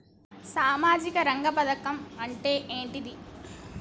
సామాజిక రంగ పథకం అంటే ఏంటిది?